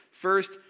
First